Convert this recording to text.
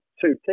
two